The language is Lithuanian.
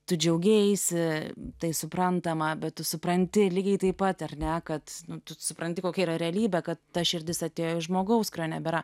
tu džiaugeisi tai suprantama bet tu supranti lygiai taip pat ar ne kad tu supranti kokia yra realybė kad ta širdis atėjo iš žmogaus kurio nebėra